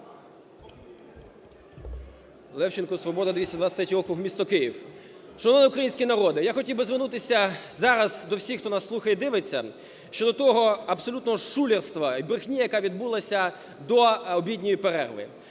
Левченко, "Свобода", 223 округ, місто Київ. Шановний український народе, я хотів би звернутися зараз до всіх, хто нас слухає і дивиться, щодо того абсолютного шулерства і брехні, яка відбулася до обідньої перерви,